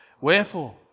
Wherefore